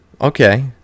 Okay